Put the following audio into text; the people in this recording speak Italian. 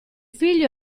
figlio